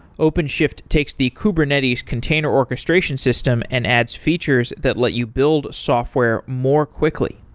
openshift takes the kubernetes container orchestration system and adds features that let you build software more quickly.